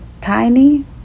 tiny